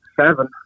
seven